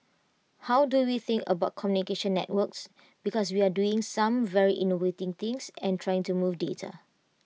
how do we think about communication networks because we are doing some very innovative things and trying to move data